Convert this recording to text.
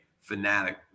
fanatic